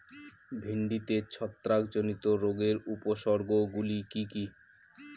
ভিন্ডিতে ছত্রাক জনিত রোগের উপসর্গ গুলি কি কী?